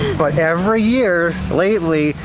but every year, lately,